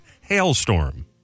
Hailstorm